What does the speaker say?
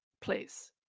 please